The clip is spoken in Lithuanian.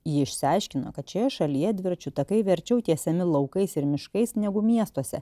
ji išsiaiškino kad šioje šalyje dviračių takai verčiau tiesiami laukais ir miškais negu miestuose